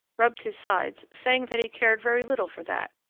rubbed his sides, saying that he cared very little for that,